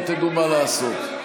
לא תדעו מה לעשות.